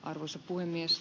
arvoisa puhemies